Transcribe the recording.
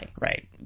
Right